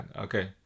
okay